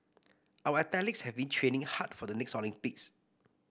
our athletes have been training hard for the next Olympics